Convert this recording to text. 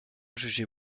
jugés